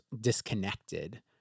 disconnected